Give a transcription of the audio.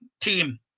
team